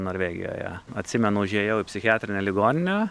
norvegijoje atsimenu užėjau į psichiatrinę ligoninę